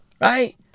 Right